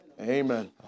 Amen